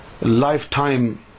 lifetime